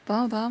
faham faham